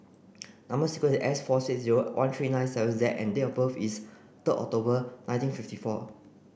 number sequence is S four six zero one three nine seven Z and date of birth is third October nineteen fifty four